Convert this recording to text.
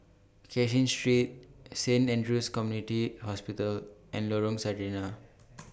Cashin Street Saint Andrew's Community Hospital and Lorong Sarina